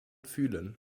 fühlen